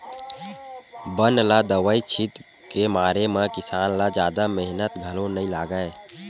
बन ल दवई छित के मारे म किसान ल जादा मेहनत घलो नइ लागय